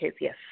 yes